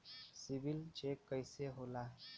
CIBIL check कइसे होला?